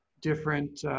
different